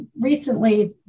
recently